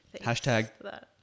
Hashtag